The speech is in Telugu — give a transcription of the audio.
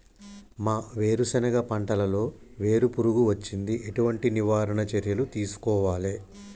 మా వేరుశెనగ పంటలలో వేరు పురుగు వచ్చింది? ఎటువంటి నివారణ చర్యలు తీసుకోవాలే?